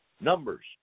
numbers